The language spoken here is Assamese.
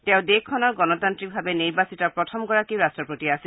তেওঁ দেশখনৰ গণতান্ত্ৰিকভাৱে নিৰ্বাচিত প্ৰথমগৰাকী ৰট্টপতি আছিল